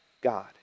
God